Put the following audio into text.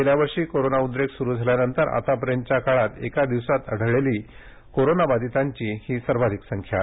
गेल्या वर्षी कोरोना उद्रेक सुरु झाल्यानंतर आत्तापर्यंतच्या काळात एका दिवसात आढळलेली कोरोनाबाधीतांची ही सर्वाधिक संख्या आहे